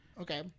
Okay